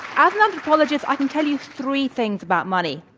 as an anthropologist, i can tell you three things about money.